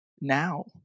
now